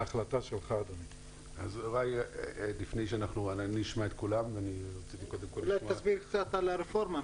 אולי לפני שאשמע אותם --- תסביר קצת על הרפורמה.